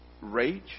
rage